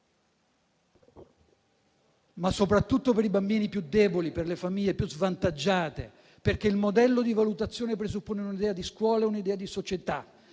ma soprattutto per i bambini più deboli e per le famiglie più svantaggiate, perché il modello di valutazione presuppone un'idea di scuola, un'idea di società.